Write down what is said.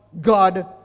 God